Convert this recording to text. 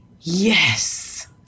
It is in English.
yes